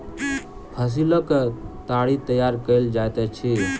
फसीलक ताड़ी तैयार कएल जाइत अछि